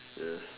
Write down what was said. yes